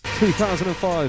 2005